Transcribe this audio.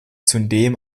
zudem